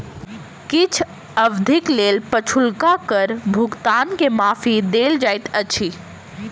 किछ अवधिक लेल पछुलका कर भुगतान के माफी देल जाइत अछि